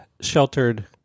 sheltered